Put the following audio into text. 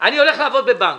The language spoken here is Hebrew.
אני הולך לעבוד בבנק.